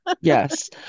Yes